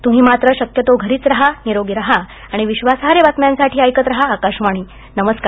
तुम्ही मात्र शक्यतो घरीच रहानिरोगी रहा आणि विश्वासार्ह बातम्यांसाठी ऐकत रहा आकाशवाणी नमस्कार